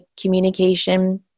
communication